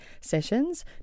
sessions